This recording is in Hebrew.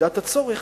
במידת הצורך,